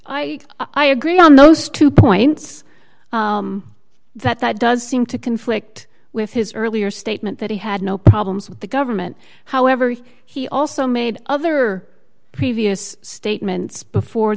was i i agree on those two points that that does seem to conflict with his earlier statement that he had no problems with the government however he also made other previous statements before